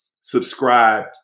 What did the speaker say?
subscribe